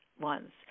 ones